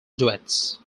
duets